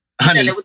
honey